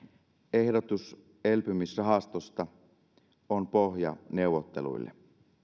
ehdotus elpymisrahastosta on pohja neuvotteluille